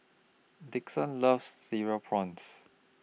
Dixon loves Cereal Prawns